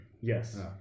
Yes